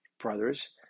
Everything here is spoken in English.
brothers